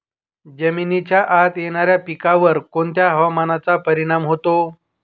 जमिनीच्या आत येणाऱ्या पिकांवर कोणत्या हवामानाचा परिणाम होतो?